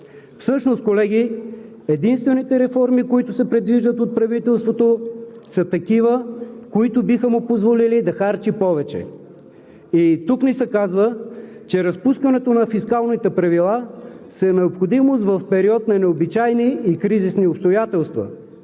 Всъщност, колеги, единствените реформи, които се предвиждат от правителството, са такива, които биха му позволили да харчи повече. И тук ни се казва, че разпускането на фискалните правила е необходимост в период на необичайни и кризисни обстоятелства